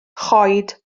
choed